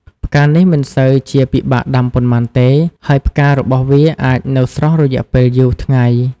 ផ្កានេះមិនសូវជាពិបាកដំាប៉ុន្មានទេ ហើយផ្ការបស់វាអាចនៅស្រស់រយៈពេលយូរថ្ងៃ។